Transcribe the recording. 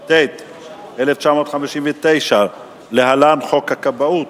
התשי"ט 1959 (להלן: חוק הכבאות),